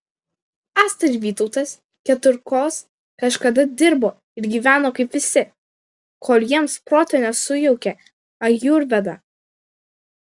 asta ir vytautas keturkos kažkada dirbo ir gyveno kaip visi kol jiems proto nesujaukė ajurveda